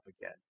again